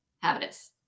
habitus